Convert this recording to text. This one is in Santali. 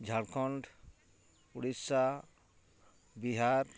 ᱡᱷᱟᱲᱠᱷᱚᱸᱰ ᱳᱰᱤᱥᱟ ᱵᱤᱦᱟᱨ